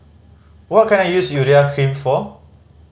what can I use Urea Cream for